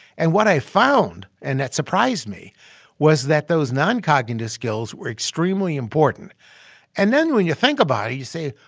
and what i found and that surprised me was that those noncognitive skills were extremely important and then when you think about it, you say,